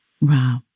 Wow